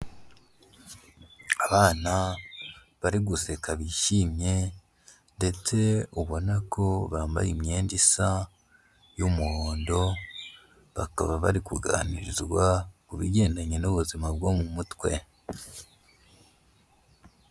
Abana bari guseka bishimye ndetse ubona ko bambaye imyenda isa y'umuhondo, bakaba bari kuganirizwa ku bigendanye n'ubuzima bwo mu mutwe.